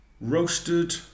Roasted